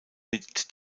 mit